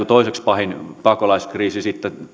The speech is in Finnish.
toiseksi pahin pakolaiskriisi sitten